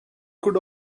could